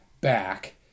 back